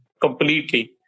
completely